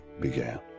began